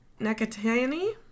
Nakatani